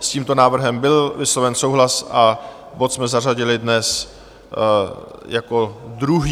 S tímto návrhem byl vysloven souhlas a bod jsme zařadili dnes jako druhý.